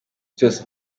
cyose